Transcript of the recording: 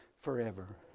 forever